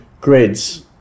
grids